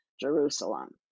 Jerusalem